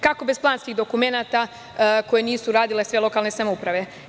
Kako bez planskih dokumenata koje nisu uradile sve lokalne samouprave?